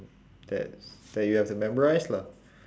that that you have to memorise lah